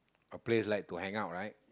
a place like to hang out right